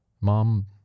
Mom